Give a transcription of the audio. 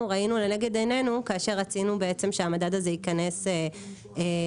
ראינו לנגד ענינו כאשר רצינו שהמדד הזה ייכנס לחוק.